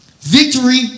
victory